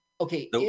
Okay